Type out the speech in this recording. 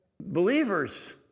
Believers